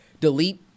Delete